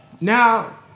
Now